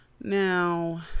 Now